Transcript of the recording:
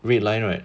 red line right